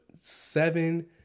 seven